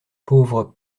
pauvre